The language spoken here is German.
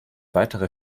weitere